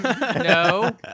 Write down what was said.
No